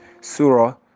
surah